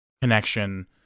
connection